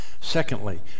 secondly